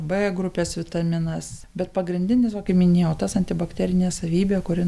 b grupės vitaminas bet pagrindinis va kaip minėjau tas antibakterinė savybė kuri